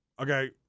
Okay